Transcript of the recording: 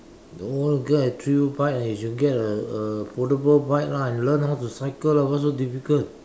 no g~ get a true bike you should get a a foldable bike lah and learn how to cycle lah what's so difficult